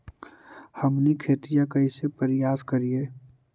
हमनी खेतीया कइसे परियास करियय?